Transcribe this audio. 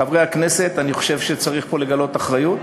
חברי הכנסת, אני חושב שצריך פה לגלות אחריות